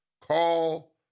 Call